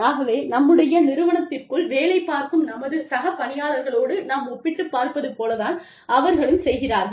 ஆகவே நம்முடைய நிறுவனத்திற்குள் வேலை பார்க்கும் நமது சக பணியாளர்களோடு நாம் ஒப்பிட்டுப் பார்ப்பது போலத்தான் அவர்களும் செய்கிறார்கள்